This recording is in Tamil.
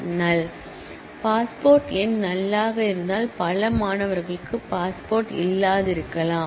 பாஸ்போர்ட் எண் நல் ஆக இருக்கக்கூடிய ஃபீல்ட் பாஸ்போர்ட் எண் நல் ஆக இருந்தால் பல மாணவர்களுக்கு பாஸ்போர்ட் இல்லாதிருக்கலாம்